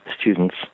students